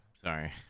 Sorry